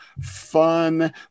fun